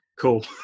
cool